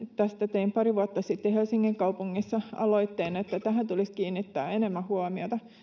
tein tästä pari vuotta sitten helsingin kaupungissa aloitteen että tähän tulisi kiinnittää enemmän huomiota